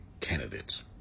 candidates